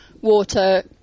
water